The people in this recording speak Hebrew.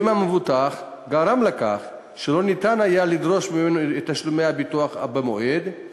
אם המבוטח גרם לכך שלא ניתן היה לדרוש ממנו את תשלומי הביטוח במועד,